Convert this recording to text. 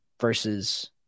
Versus